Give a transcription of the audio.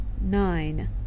nine